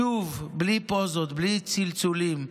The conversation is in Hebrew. שוב, בלי פוזות, בלי צלצולים,